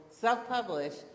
self-published